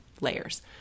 layers